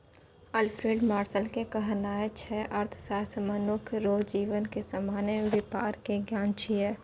Alfred Marshall के कहनाय छै अर्थशास्त्र मनुख रो जीवन के सामान्य वेपार के ज्ञान छिकै